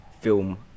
film